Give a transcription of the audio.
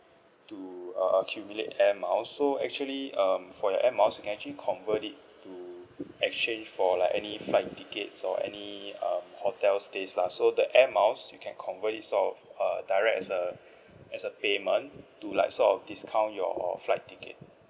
to err accumulate Air Miles so actually um for your Air Miles you can actually convert it to exchange for like any flight tickets or any err hotel stays lah so the Air Miles you can convert it sort of err direct as a as a payment to like sort of discount of your flight ticket